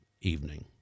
evening